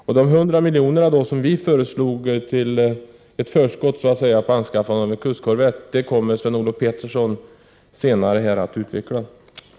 De 100 milj.kr. som vi föreslog som ett förskott för anskaffande av en kustkorvett kommer Sven-Olof Petersson senare i debatten att tala om.